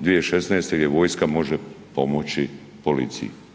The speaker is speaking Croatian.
2016., gdje vojska može pomoći policiji.